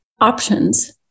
options